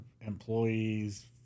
employees